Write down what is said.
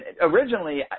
originally